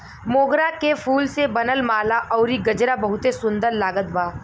मोगरा के फूल से बनल माला अउरी गजरा बहुते सुन्दर लागत बा